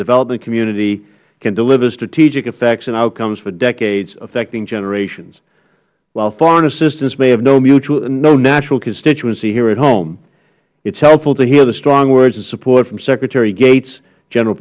development community can deliver strategic effects and outcomes for decades affecting generations while foreign assistance may have no national constituency here at home it is helpful to hear the strong words of support from secretary gates general